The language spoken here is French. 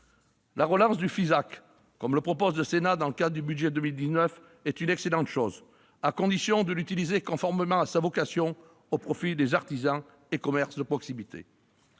commerce, le FISAC, que propose le Sénat dans le cadre du budget pour 2019, est une excellente chose, à condition de l'utiliser conformément à sa vocation : au profit des artisans et commerces de proximité.